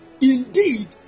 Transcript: indeed